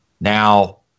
Now